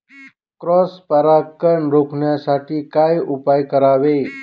Cross परागकण रोखण्यासाठी काय उपाय करावे?